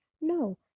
No